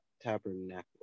tabernacle